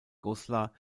goslar